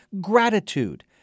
Gratitude